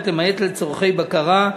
מערכת ההצבעה האלקטרונית, למעט לצורכי בקרה,